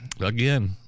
again